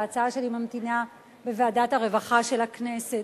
וההצעה שלי ממתינה בוועדת הרווחה של הכנסת.